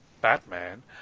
Batman